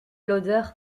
l’odeur